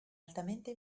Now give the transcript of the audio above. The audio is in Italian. altamente